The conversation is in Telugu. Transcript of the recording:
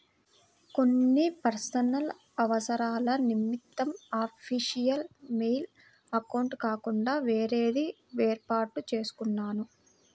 కొన్ని పర్సనల్ అవసరాల నిమిత్తం అఫీషియల్ మెయిల్ అకౌంట్ కాకుండా వేరేది వేర్పాటు చేసుకున్నాను